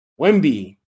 Wemby